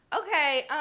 okay